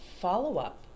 follow-up